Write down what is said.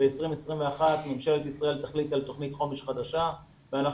ב-2021 ממשלת ישראל תחליט על תוכנית חומש חדשה ואנחנו